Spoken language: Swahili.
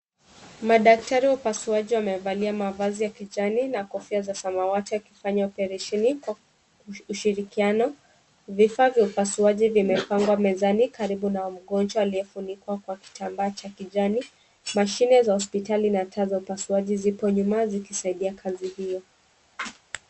Madaktari wa paswaji wamevalia mavazi ya kijani na kofia za samawati yakifanya operesheni kwa kushirikiano. Vifaa vya upasuaji vimepangwa mezani karibu na mgonjwa aliyefunikwa kwa kitamba cha kijani, mashine za hospitali na taa za upasuaji zipo nyuma zikisaidia kazi hiyo.